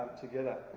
together